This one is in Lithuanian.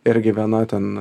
irgi viena ten